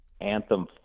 Anthem